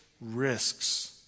risks